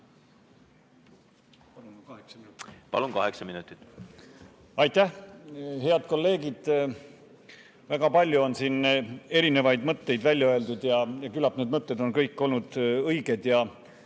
Palun, kaheksa minutit!